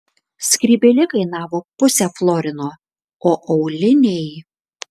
skrybėlė kainavo pusę florino o auliniai